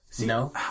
No